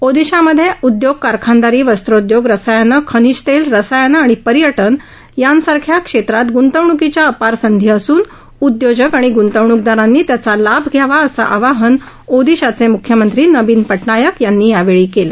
ओडिसामध्ये उद्योग कारखानदारी वस्त्रोद्योग रसायनं खनिजतेलं रसायनं आणि पर्यटन यांसारख्या क्षेत्रात गुंतवणूकीच्या अपार संधी असून उद्योजक आणि गुंतवणूकदारांनी त्याचा लाभ घ्यावा असं आवाहन ओडिसाचे मुख्यमंत्री नवीन पटनायक यांनी यावेळी केलं